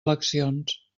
eleccions